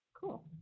Cool